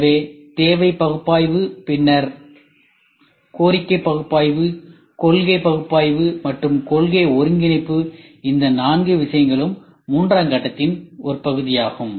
எனவே தேவை பகுப்பாய்வு பின்னர் கோரிக்கை பகுப்பாய்வு கொள்கைபகுப்பாய்வு மற்றும் கொள்கை ஒருங்கிணைப்பு இந்த நான்கு விஷயங்களும் மூன்றாம் கட்டத்தின் ஒரு பகுதியாகும்